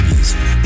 Music